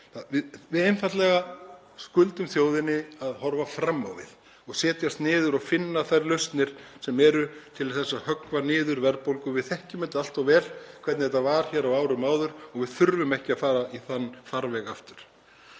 við einfaldlega skuldum þjóðinni að horfa fram á við og setjast niður og finna þær lausnir sem eru til til að höggva niður verðbólgu. Við þekkjum allt of vel hvernig þetta var hér á árum áður og við þurfum ekki að fara í þann farveg aftur.